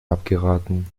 abgeraten